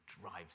drives